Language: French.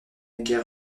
guerre